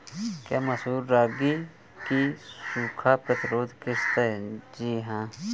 क्या मसूर रागी की सूखा प्रतिरोध किश्त है?